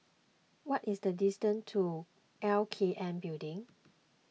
what is the distance to L K N Building